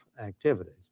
activities